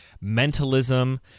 mentalism